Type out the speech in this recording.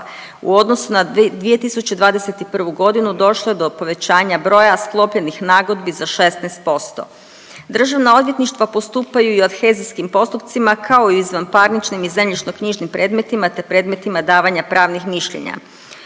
U odnosu na 2021. godinu došlo je do povećanja broja sklopljenih nagodbi za 16%. Državna odvjetništva postupaju i adhezijskim postupcima kao i izvanparničnim i zemljišno-knjižnim predmetima, te predmetima davanja pravnih mišljenja.